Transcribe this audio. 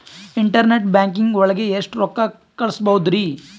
Internet banking ಒಳಗೆ ಎಷ್ಟ್ ರೊಕ್ಕ ಕಲ್ಸ್ಬೋದ್ ರಿ?